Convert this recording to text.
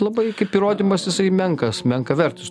labai kaip įrodymas jisai menkas menkavertis